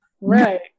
Right